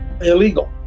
illegal